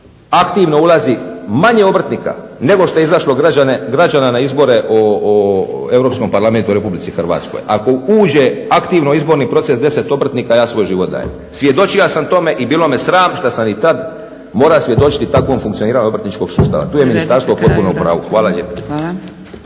aktivno ulazi manje obrtnika nego što je izašlo građana na izbore o Europskom parlamentu u Republici Hrvatskoj. Ako uđe aktivno u izborni proces 10 obrtnika ja svoj život dajem. Svjedočija sam tome i bilo me sram šta sam i tad mora svjedočit takvom funkcioniranju obrtničkog sustava. …/Upadica Zgrebec: Privedite